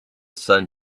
sun